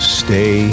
stay